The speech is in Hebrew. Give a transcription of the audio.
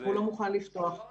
שהוא לא מוכן לפתוח.